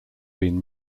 been